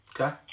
Okay